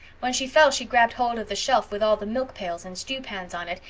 when she fell she grabbed hold of the shelf with all the milk pails and stewpans on it,